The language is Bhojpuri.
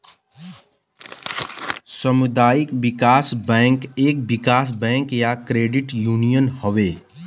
सामुदायिक विकास बैंक एक विकास बैंक या क्रेडिट यूनियन हौ